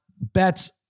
bets